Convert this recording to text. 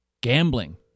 Gambling